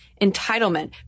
entitlement